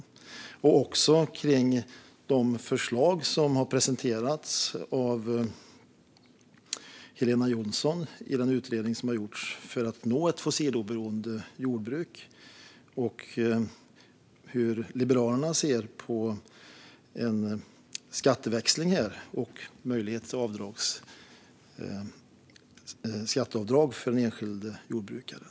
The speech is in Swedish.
Jag undrar också om Liberalernas syn på de förslag som har presenterats av Helena Jonsson i den utredning som gjorts om att nå ett fossiloberoende jordbruk. Hur ser Liberalerna på en skatteväxling här och på möjligheterna för skatteavdrag för den enskilde jordbrukaren?